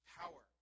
power